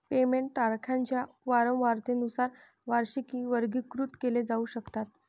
payment तारखांच्या वारंवारतेनुसार वार्षिकी वर्गीकृत केल्या जाऊ शकतात